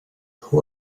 who